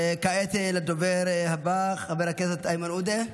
וכעת לדובר הבא, חבר הכנסת איימן עודה.